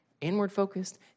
inward-focused